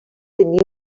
tenir